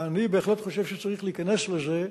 אני בהחלט חושב שצריך להיכנס לזה,